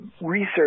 research